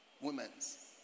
Women's